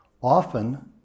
often